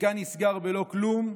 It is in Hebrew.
כשתיקה נסגר בלא כלום,